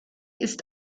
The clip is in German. ist